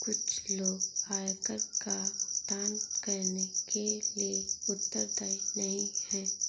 कुछ लोग आयकर का भुगतान करने के लिए उत्तरदायी नहीं हैं